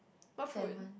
what food